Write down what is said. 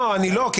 לא, אני לא.